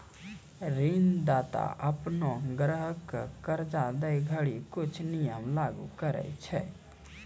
ऋणदाता अपनो ग्राहक क कर्जा दै घड़ी कुछ नियम लागू करय छै